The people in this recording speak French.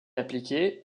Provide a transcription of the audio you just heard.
appliquée